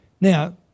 Now